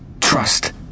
trust